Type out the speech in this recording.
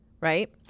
right